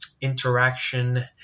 interaction